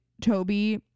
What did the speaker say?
toby